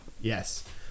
Yes